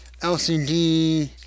LCD